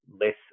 less